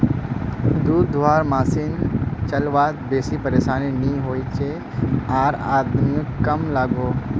दूध धुआर मसिन चलवात बेसी परेशानी नि होइयेह आर आदमियों कम लागोहो